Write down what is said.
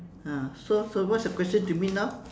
ah so so what's your question to me now